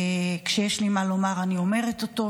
כשיש לי מה לומר אני אומרת אותו,